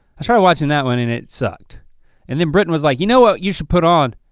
i started watching that one and it sucked and then britton was like, you know what you should put on.